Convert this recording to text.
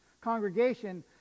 congregation